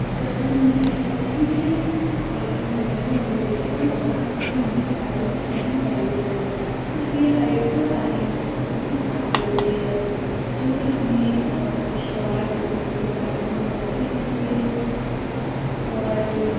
مختصراً ہم یہ کہہ سکتے ہیں کہ تعلیم جو ہے وہ زندگی کا بہت اہم حصہ ہے بہت اہم پہلو ہے اس لیے ہر ایک کو تعلیم حاصل کرنا بہت ضروری ہے جوکہ ہمیں خوشگوار زندگی گزارنے میں مدد بھی دیتی ہے اور